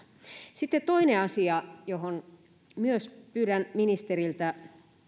sitten toinen asia johon myös pyydän ministeriltä